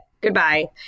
Goodbye